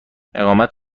اقامت